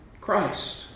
Christ